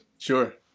Sure